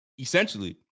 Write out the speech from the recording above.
Essentially